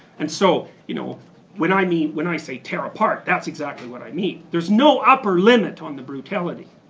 and so you know when i mean when i say tear apart, that's exactly what i mean. there's no upper limit on the brutality.